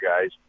guys